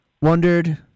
wondered